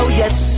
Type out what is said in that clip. yes